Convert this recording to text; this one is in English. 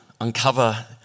uncover